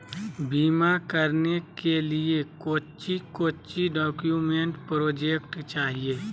बीमा कराने के लिए कोच्चि कोच्चि डॉक्यूमेंट प्रोजेक्ट चाहिए?